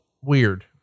weird